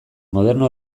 moderno